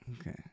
okay